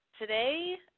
Today